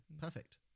Perfect